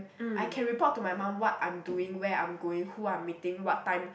I can report to my mum what I'm doing where I'm going who I'm meeting what time